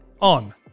on